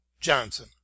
johnson